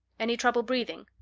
any trouble breathing?